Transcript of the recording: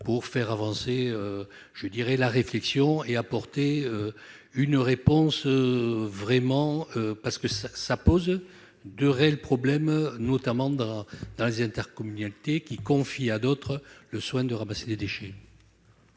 pour faire avancer la réflexion et apporter une réponse, car cette situation pose de véritables problèmes, notamment dans les intercommunalités qui confient à d'autres le soin de ramasser les déchets.